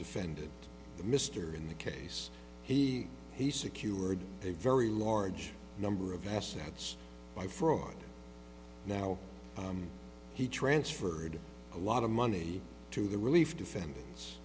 defended the mr in the case he he secured a very large number of assets by fraud now he transferred a lot of money to the relief defendants